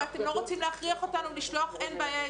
אם אתם לא רוצים להכריח אותנו לשלוח אין בעיה.